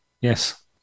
Yes